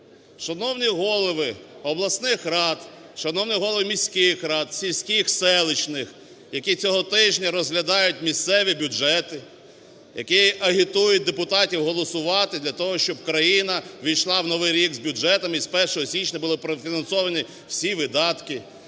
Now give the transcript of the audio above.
Шановні голови обласних рад, шановні голови міських рад, сільських, селищних, які цього тижня розглядають місцеві бюджети, які агітують депутатів голосувати, для того щоб країна увійшла в новий рік з бюджетом і з 1 січня були профінансовані всі видатки!